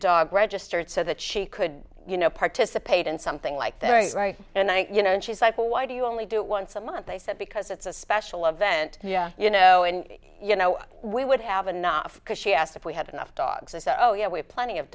dog registered so that she could you know participate in something like there is right and you know and she's like well why do you only do it once a month they said because it's a special event you know and you know we would have enough because she asked if we had enough dogs as though you know we have plenty of